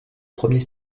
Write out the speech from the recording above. premier